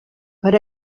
per